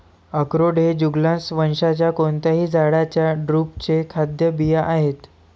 अक्रोड हे जुगलन्स वंशाच्या कोणत्याही झाडाच्या ड्रुपचे खाद्य बिया आहेत